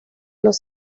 los